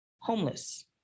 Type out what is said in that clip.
homeless